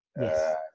Yes